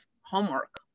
homework